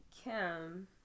Kim